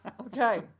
Okay